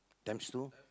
times two